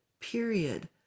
period